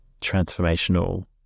transformational